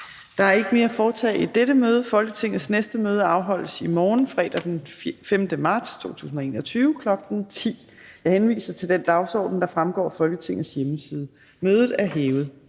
Der er ikke mere at foretage i dette møde. Folketingets næste møde afholdes i morgen, fredag den 5. marts 2021, kl. 10.00. Jeg henviser til den dagsorden, der fremgår af Folketingets hjemmeside. Mødet er hævet.